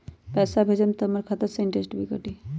पैसा भेजम त हमर खाता से इनटेशट भी कटी?